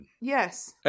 Yes